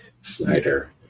Snyder